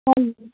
hello